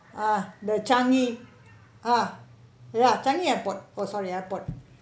ah the Changi ah ya Changi airport oh sorry airport